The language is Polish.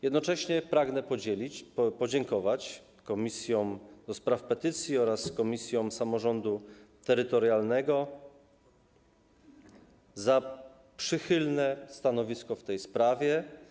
Jednocześnie pragnę podziękować Komisji do Spraw Petycji oraz komisji samorządu terytorialnego za przychylne stanowisko w tej sprawie.